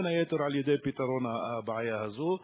בין היתר על-ידי פתרון הבעיה הזאת,